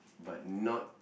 but not